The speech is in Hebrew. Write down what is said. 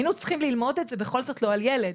היינו צריכים ללמוד את זה בכל זאת לא על ילד,